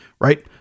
right